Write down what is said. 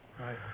right